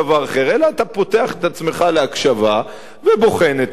אלא אתה פותח את עצמך להקשבה ובוחן את עצמך,